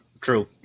true